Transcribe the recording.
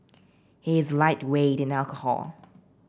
he is lightweight in alcohol